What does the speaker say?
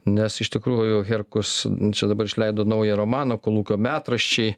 nes iš tikrųjų herkus čia dabar išleido naują romaną kolūkio metraščiai